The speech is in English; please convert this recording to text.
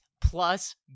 plus